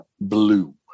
Blue